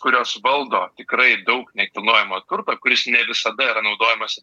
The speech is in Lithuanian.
kurios valdo tikrai daug nekilnojamo turto kuris ne visada yra naudojamas